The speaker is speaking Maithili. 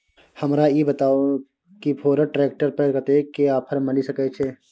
हमरा ई बताउ कि फोर्ड ट्रैक्टर पर कतेक के ऑफर मिलय सके छै?